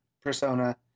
persona